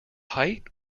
height